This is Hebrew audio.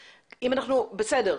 בסדר,